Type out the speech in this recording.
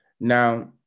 now